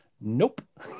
Nope